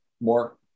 more